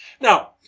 Now